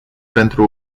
pentru